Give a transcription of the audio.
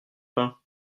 pain